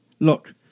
Look